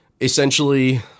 essentially